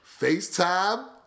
FaceTime